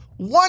One